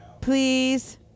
Please